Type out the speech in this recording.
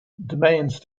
demands